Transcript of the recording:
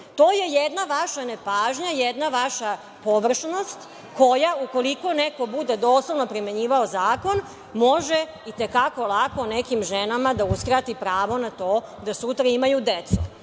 je jedna vaša nepažnja, jedna vaša površnost, koja ukoliko neko bude doslovno primenjivao zakon, može itekako lako nekim ženama da uskrati pravo na to da sutra imaju